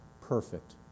perfect